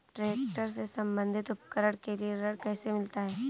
Tractor से संबंधित उपकरण के लिए ऋण कैसे मिलता है?